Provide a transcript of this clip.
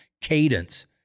cadence